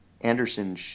Anderson